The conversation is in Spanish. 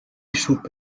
supe